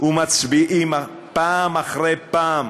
ומצביעים פעם אחרי פעם